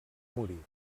morir